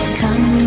come